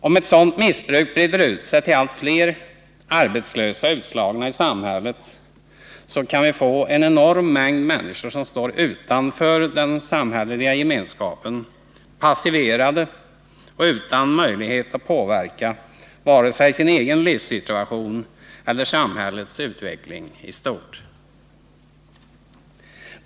Om ett sådant missbruk breder ut sig till allt fler arbetslösa och utslagna i samhället, kan vi få en enorm mängd människor som står utanför den samhälleliga gemenskapen, passiverade och utan möjligheter att påverka vare sig sin egen livssituation eller samhällets utveckling i stort.